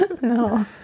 No